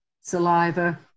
saliva